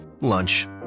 lunch